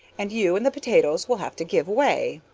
and you and the potatoes will have to give way.